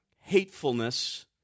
hatefulness